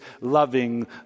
loving